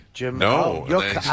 No